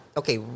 okay